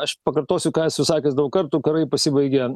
aš pakartosiu ką esu sakęs daug kartų karai pasibaigia